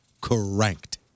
correct